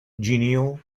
genial